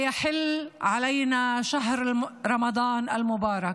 ימים ספורים נותרו לבואו של חודש הרמדאן המבורך,